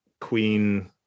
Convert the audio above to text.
queen-